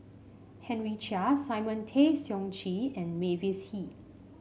Henry Chia Simon Tay Seong Chee and Mavis Hee